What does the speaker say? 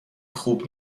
خوب